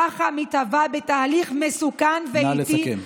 ככה היא מתהווה, בתהליך מסוכן ואיטי, נא לסכם.